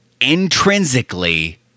intrinsically